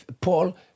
paul